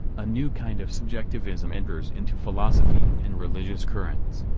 a new kind of subjectivism enters into philosophy and religious currents.